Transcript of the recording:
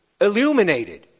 illuminated